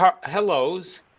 hellos